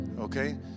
Okay